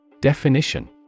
Definition